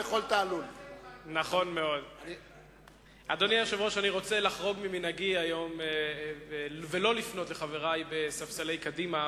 אני רוצה לחרוג ממנהגי היום ולא לפנות לחברי בספסלי קדימה.